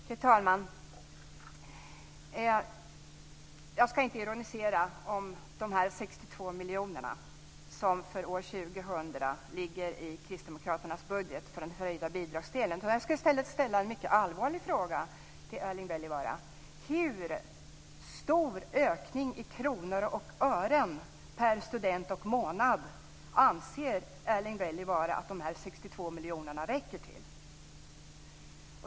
Fru talman! Jag ska inte ironisera över de 62 miljonerna för en höjd bidragsdel som för år 2000 ligger i kristdemokraternas budget. Jag ska i stället ställa en mycket allvarlig fråga till Erling Wälivaara: Hur stor ökning i kronor och ören per student och månad anser Erling Wälivaara att de 62 miljonerna räcker till?